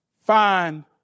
find